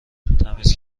تمیز